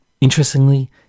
Interestingly